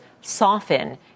soften